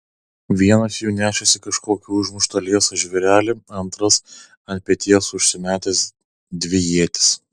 vienas jų nešėsi kažkokį užmuštą liesą žvėrelį antras ant peties užsimetęs dvi ietis